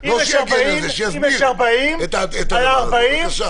לא שיגן על זה, שיסביר את הדבר הזה.